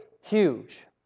Huge